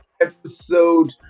episode